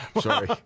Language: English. Sorry